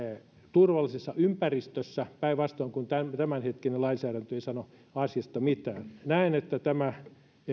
ympäristössä päinvastoin kuin tämänhetkinen lainsäädäntö ei sano asiasta mitään näen että tämä